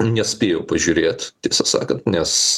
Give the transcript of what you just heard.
nespėjau pažiūrėt tiesą sakant nes